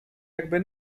jakby